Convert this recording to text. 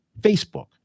Facebook